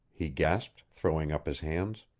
he gasped, throwing up his hands.